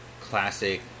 classic